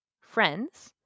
friends